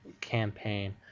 campaign